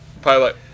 Pilot